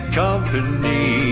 company